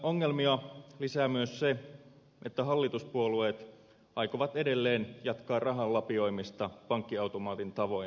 ongelmia lisää myös se että hallituspuolueet aikovat edelleen jatkaa rahan lapioimista pankkiautomaatin tavoin eun kriisimaille